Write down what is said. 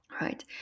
Right